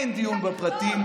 אין דיון בפרטים.